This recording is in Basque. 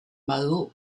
badu